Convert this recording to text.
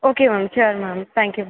okay ma'am sure ma'am thank you ma'am